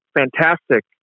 fantastic